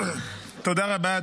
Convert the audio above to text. תודה רבה.